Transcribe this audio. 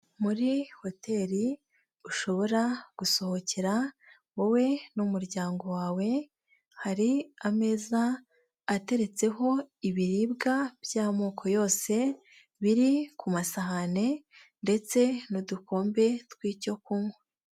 Muri hoteli ushobora gusohokera wowe n'umuryango wawe, hari ameza ateretseho ibiribwa by'amoko yose biri ku masahani ndetse n'udukombe tw'icyo kunywa.